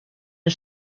and